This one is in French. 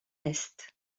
est